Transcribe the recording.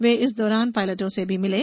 वे इस दौरान पायलटों से भी मिले